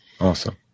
Awesome